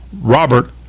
Robert